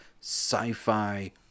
sci-fi